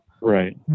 Right